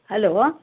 hello